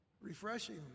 Refreshing